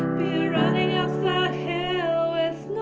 be running up that hill with